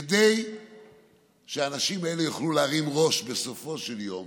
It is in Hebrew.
כדי שהאנשים האלה יוכלו להרים ראש בסופו של יום